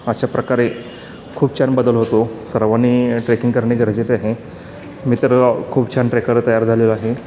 अशा प्रकारे खूप छान बदल होतो सर्वांनी ट्रेकिंग करणे गरजेचे आहे मी तर खूप छान ट्रेकर तयार झालेलो आहे